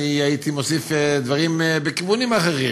אני הייתי מוסיף דברים בכיוונים אחרים.